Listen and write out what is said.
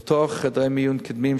לפתוח חדרי מיון קדמיים,